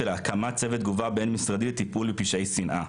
של הקמת צוות תגובה בין משרדית לטיפול בפשעי שנאה,